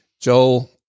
Joel